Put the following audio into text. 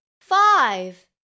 five